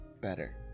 better